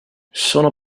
sono